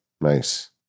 nice